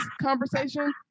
conversation